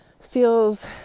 feels